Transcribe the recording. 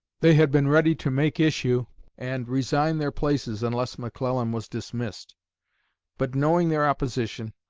they had been ready to make issue and resign their places unless mcclellan was dismissed but knowing their opposition,